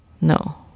no